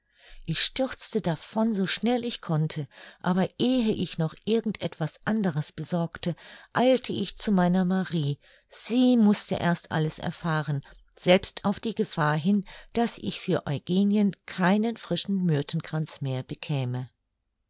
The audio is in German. ich stürzte davon so schnell ich konnte aber ehe ich noch irgend etwas anderes besorgte eilte ich zu meiner marie sie mußte erst alles erfahren selbst auf die gefahr hin daß ich für eugenien keinen frischen myrthenkranz mehr bekäme